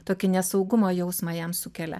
tokį nesaugumo jausmą jam sukelia